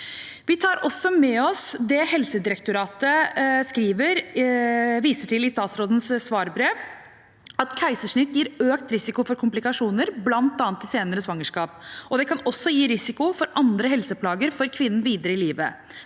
Vi tar også med oss det Helsedirektoratet viser til i statsrådens svarbrev: at keisersnitt gir økt risiko for komplikasjoner, bl.a. i senere svangerskap, og det kan også gi risiko for andre helseplager for kvinnen videre i livet.